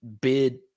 bid